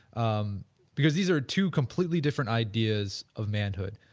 um because these are two completely different ideas of manhood.